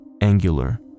angular